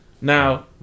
Now